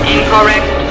Incorrect